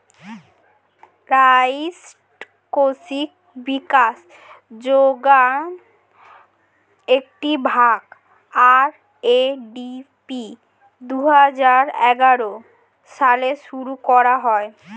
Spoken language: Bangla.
রাষ্ট্রীয় কৃষি বিকাশ যোজনার একটি ভাগ, আর.এ.ডি.পি দুহাজার এগারো সালে শুরু করা হয়